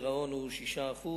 6%?